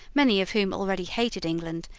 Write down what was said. many of whom already hated england,